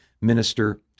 minister